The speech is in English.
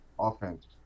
offense